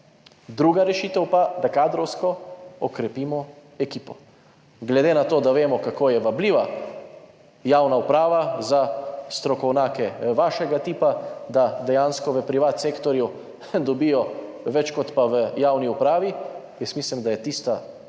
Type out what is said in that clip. druga rešitev pa, da kadrovsko okrepimo ekipo. Glede na to, da vemo, kako je vabljiva javna uprava za strokovnjake vašega tipa, da dejansko v privatnem sektorju dobijo več kot pa v javni upravi, mislim, da je tista druga